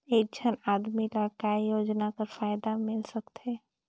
एक झन आदमी ला काय योजना कर फायदा मिल सकथे?